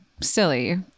silly